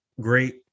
great